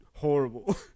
horrible